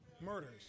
murders